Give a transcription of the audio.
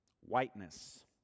whiteness